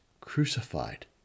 crucified